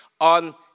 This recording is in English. on